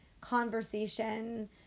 conversation